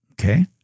Okay